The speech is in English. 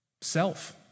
Self